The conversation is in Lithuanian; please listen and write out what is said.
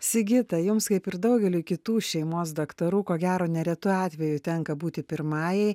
sigita jums kaip ir daugeliui kitų šeimos daktarų ko gero neretu atveju tenka būti pirmajai